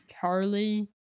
Carly